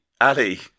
Ali